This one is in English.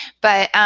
but,